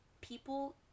people